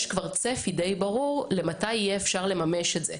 צפי די ברור מתי אפשר יהיה לממש את זה.